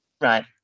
Right